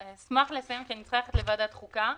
אשמח לסיים כי אני צריכה ללכת לוועדת חוקה,